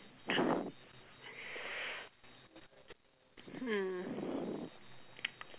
mm